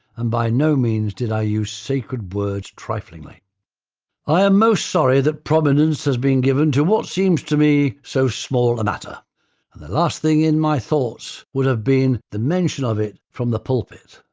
and by no means did i use sacred words trifling. i am most sorry that prominence has been given to what seems to me so small a matter and the last thing in my thoughts would have been the mention of it from the pulpit.